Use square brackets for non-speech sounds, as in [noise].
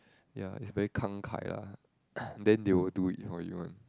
ya it's very 慷慨 ah [breath] then they will do it for you [one]